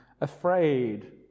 afraid